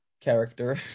character